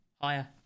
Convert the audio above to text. Higher